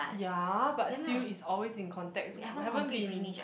ya but still is always in context haven't been